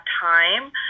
time